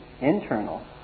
internal